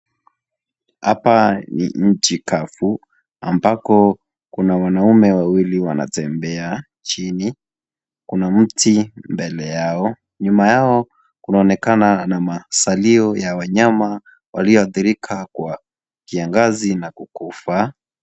Hapa ni nchi kavu ambako kuna wanaume wawili wanatembea chini kuna mti mbele yao, nyuma yao kunaonekana na masalioya wanyama walio athirika na kiangazi na kukufa.